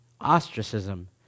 ostracism